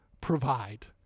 provide